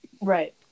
right